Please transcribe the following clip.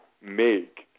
make